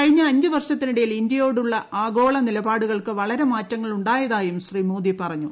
കഴിഞ്ഞ അഞ്ചു വർഷത്തിനിടയിൽ ഇന്ത്യയോടുള്ള ആഗോള നില പാടുകൾക്ക് വളരെ മാറ്റങ്ങൾ ഉണ്ടായതായും ശ്രീ മോദി പറഞ്ഞു